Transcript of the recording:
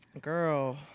Girl